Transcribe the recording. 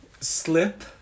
slip